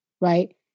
right